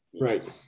right